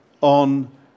on